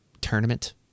tournament